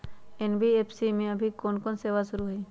NBFC में अभी कोन कोन सेवा शुरु हई?